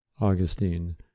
Augustine